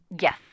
Yes